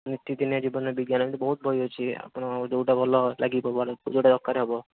ନୀତି ଦିନିଆ ଜୀବନରେ ବିଜ୍ଞାନ ଏମିତି ବହୁତ ବହି ଅଛି ଆପଣ ଯୋଉଟା ଭଲ ଲାଗିବ ଭଲ ଯୋଉଟା ଦରକାର ହେବ